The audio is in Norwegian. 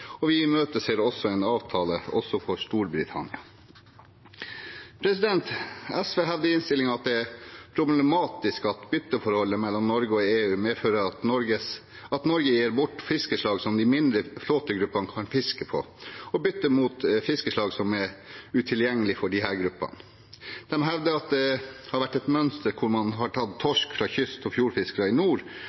og vi imøteser en avtale også for Storbritannia. SV hevder i innstillingen at det er problematisk at bytteforholdet mellom Norge og EU medfører at Norge gir bort fiskeslag som de mindre flåtegruppene kan fiske på og bytte mot fiskeslag som er utilgjengelige for disse gruppene. De hevder at det har vært et mønster der man har tatt torsk fra kyst- og fjordfiskere i nord